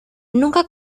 nunca